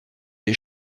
les